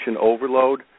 overload